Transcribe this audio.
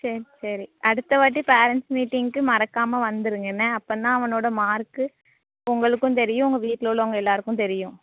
சரி சரி அடுத்தவாட்டி பேரண்ட்ஸ் மீட்டிங்குக்கு மறக்காமல் வந்துடுங்க என்ன அப்படின்னா அவனோட மார்க்கு உங்களுக்கும் தெரியும் உங்கள் வீட்டில் உள்ளவங்க எல்லோருக்கும் தெரியும்